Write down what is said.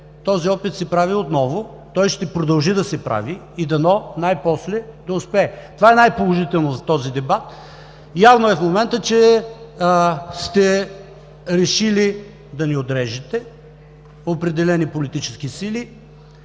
този опит се прави отново. Той ще продължи да се прави и дано най-после да успее. Това е най-положително в този дебат. Явно е в момента, че сте решили да ни „отрежете“. Определени политически сили